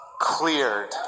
cleared